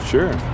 Sure